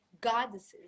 goddesses